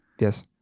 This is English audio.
Yes